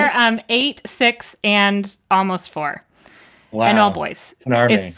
i'm eight, six and almost four when all boys started.